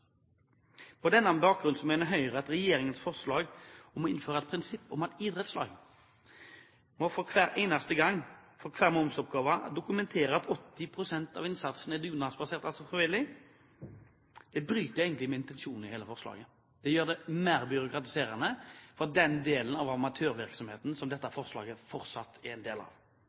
På denne bakgrunn mener Høyre at regjeringens forslag om å innføre et prinsipp om at idrettslag ved hver momsoppgave – hver eneste gang – må dokumentere at 80 pst. av innsatsen er dugnadsbasert, altså frivillig, bryter med intensjonen i hele forslaget. Det gjør det mer byråkratiserende for den delen av amatørvirksomheten som dette forslaget fortsatt er en del av.